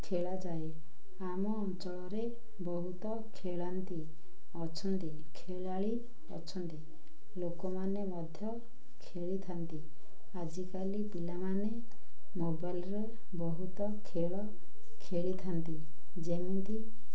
ଖେଳାଯାଏ ଆମ ଅଞ୍ଚଳରେ ବହୁତ ଖେଳନ୍ତି ଅଛନ୍ତି ଖେଳାଳି ଅଛନ୍ତି ଲୋକମାନେ ମଧ୍ୟ ଖେଳିଥାନ୍ତି ଆଜିକାଲି ପିଲାମାନେ ମୋବାଇଲ୍ରେ ବହୁତ ଖେଳ ଖେଳିଥାନ୍ତି ଯେମିତି